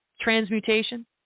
transmutation